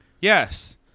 Yes